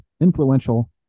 influential